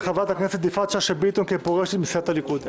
חברת הכנסת יפעת שאשא ביטון כפורשת מסיעת הליכוד.